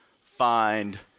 find